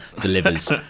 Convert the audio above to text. delivers